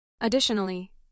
Additionally